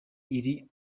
iri